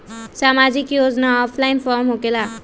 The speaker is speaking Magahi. समाजिक योजना ऑफलाइन फॉर्म होकेला?